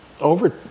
over